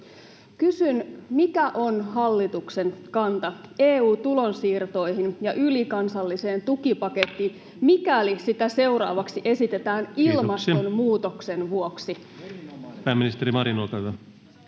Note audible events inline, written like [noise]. Kysyn: mikä on hallituksen kanta EU-tulonsiirtoihin ja ylikansalliseen tukipakettiin, [noise] mikäli sitä seuraavaksi esitetään ilmastonmuutoksen vuoksi?